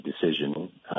decision